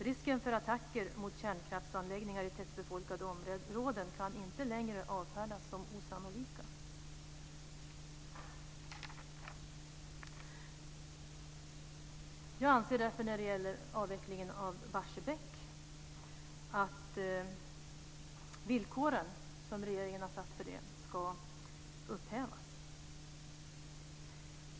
Risken för attacker mot kärnkraftsanläggningar i tättbefolkade områden kan inte längre avfärdas som osannolika. Jag anser därför att de villkor som regeringen har satt när det gäller avvecklingen av Barsebäck ska upphävas.